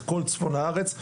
את כל צפון הארץ,